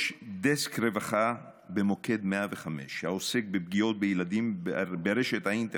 יש דסק רווחה במוקד 105 העוסק בפגיעות בילדים באינטרנט.